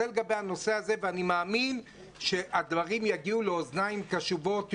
זה לגבי הנושא הזה ואני מאמין שהדברים יגיעו לאוזניים קשובות.